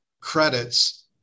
credits